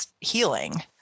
Healing